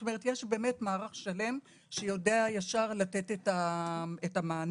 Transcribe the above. יש מערך שלם שיודע ישר לתת את המענה.